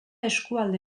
eskualde